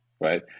right